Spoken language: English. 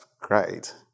great